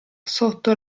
sotto